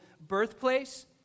birthplace